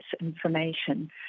information